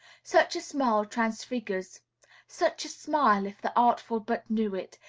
such a smile transfigures such a smile, if the artful but knew it,